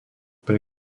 pre